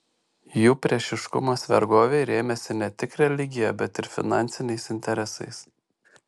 jų priešiškumas vergovei rėmėsi ne tik religija bet ir finansiniais interesais